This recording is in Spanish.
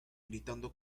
gritando